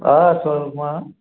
ஆ சொல்லும்மா